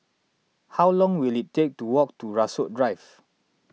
how long will it take to walk to Rasok Drive